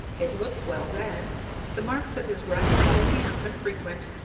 it looks well read the marks of his grimy little hands are frequent!